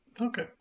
okay